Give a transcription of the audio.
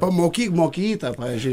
pamokyk mokytą pavyzdžiui